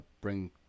bring